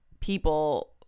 people